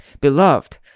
Beloved